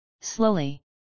slowly